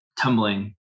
tumbling